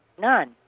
None